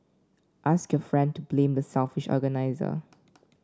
ask your friend to blame the selfish organiser